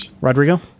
Rodrigo